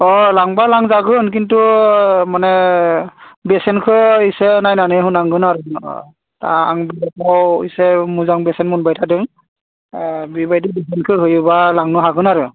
अ लांब्ला लांजागोन खिन्थु माने बेसेनखो एसे नायनानै माने होनांगोन आरो आंबोथ' एसे मोजां बेसेन मोनबाय थादों बेबायदि बेसेनखो होयोब्ला लांनो हागोन आरो